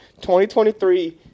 2023